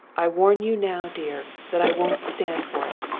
i warn you now, dear, that i won't stand for it.